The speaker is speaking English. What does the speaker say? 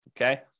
Okay